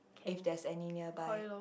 if there's any nearby